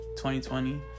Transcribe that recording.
2020